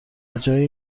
جایی